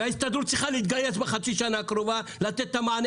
וההסתדרות צריכה להתגייס בחצי השנה הקרובה לתת את המענה